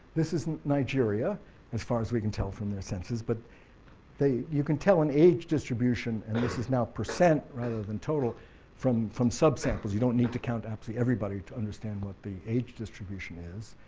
this is nigeria as far as we can tell from their census, but they you can tell an age distribution and this is now percent rather than total from from sub-samples, you don't need to count absolutely everybody to understand what the age distribution is.